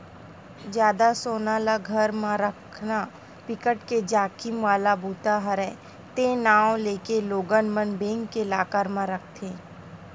जादा सोना ल घर म राखना बिकट के जाखिम वाला बूता हरय ते नांव लेके लोगन मन बेंक के लॉकर म राखथे